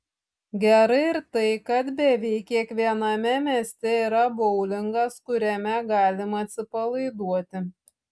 gerai ir tai kad beveik kiekviename mieste yra boulingas kuriame galima atsipalaiduoti